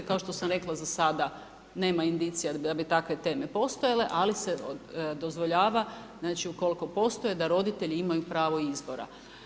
Kao što sam rekla za sada nema indicija da bi takve teme postojale, ali se dozvoljava, znači ukoliko postoje da roditelji imaju pravo izbora.